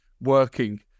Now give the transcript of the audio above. working